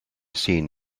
seen